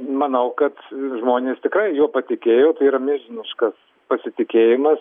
manau kad žmonės tikrai juo patikėjo tai yra milžiniškas pasitikėjimas